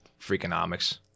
Freakonomics